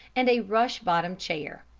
and a rush-bottomed chair.